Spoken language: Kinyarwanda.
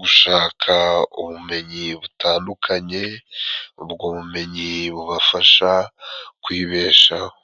gushaka ubumenyi butandukanye. Ubwo bumenyi bubafasha kwibeshaho.